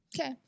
okay